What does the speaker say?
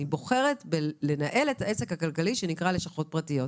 אני בוחרת בלנהל את העסק הכלכלי שנקרא "לשכות פרטיות".